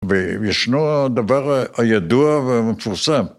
וישנו הדבר הידוע והמפורסם.